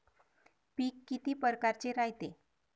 पिकं किती परकारचे रायते?